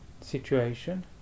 situation